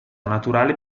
naturale